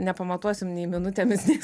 nepamatuosim nei minutėmis nei